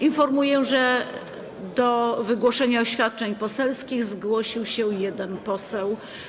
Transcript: Informuję, że do wygłoszenia oświadczeń poselskich zgłosił się jeden poseł.